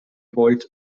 wollt